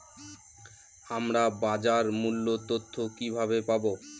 আমরা বাজার মূল্য তথ্য কিবাবে পাবো?